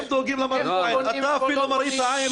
אתה אפילו לזה לא דואג.